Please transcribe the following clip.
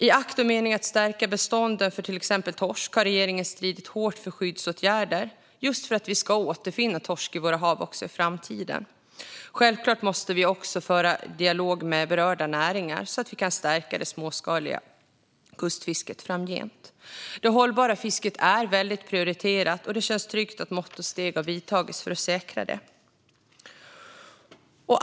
I akt och mening att stärka bestånden av till exempel torsk har regeringen stridit hårt för skyddsåtgärder just för att vi ska återfinna torsk i våra hav också i framtiden. Självklart måste vi också föra dialog med berörda näringar så att vi kan stärka det småskaliga kustfisket framgent. Det hållbara fisket är prioriterat, och det känns tryggt att mått och steg har vidtagits för att säkra det.